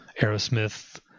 Aerosmith